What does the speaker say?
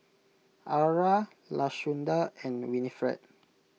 Aura Lashunda and Winifred